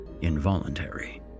involuntary